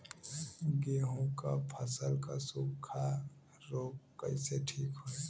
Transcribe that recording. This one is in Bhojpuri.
गेहूँक फसल क सूखा ऱोग कईसे ठीक होई?